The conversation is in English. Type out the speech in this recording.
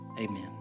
Amen